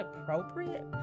appropriate